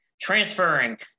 transferring